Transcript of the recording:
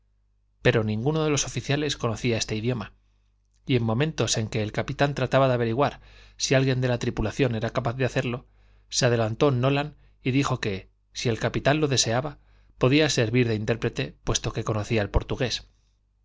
pero ninguno de los oficiales conocía este idioma y en momentos en que el capitán trataba de averiguar si alguien de la tripulación era capaz de hacerlo se adelantó nolan y dijo que si el capitán lo deseaba podía servir de intérprete puesto que conocía el portugués